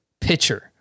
pitcher